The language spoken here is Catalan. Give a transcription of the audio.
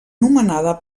nomenada